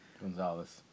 Gonzalez